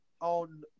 on